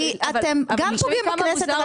כי אתם גם פוגעים בכנסת,